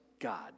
God